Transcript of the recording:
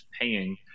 paying